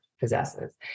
possesses